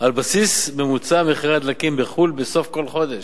על בסיס ממוצע מחירי הדלקים בחו"ל בסוף כל חודש,